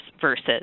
versus